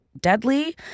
deadly